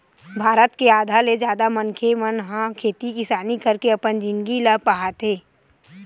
भारत के आधा ले जादा मनखे मन ह खेती किसानी करके अपन जिनगी ल पहाथे